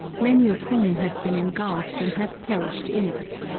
many of whom have been engulphed and have perished in it,